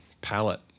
palette